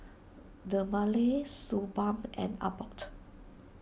Dermale Suu Balm and Abbott